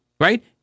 right